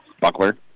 Buckler